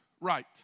right